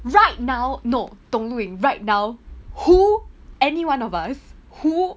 right now no dong lu ying right now who anyone of us who